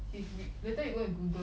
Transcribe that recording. his later you go and Google